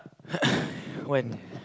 when